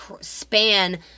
span